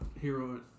Hero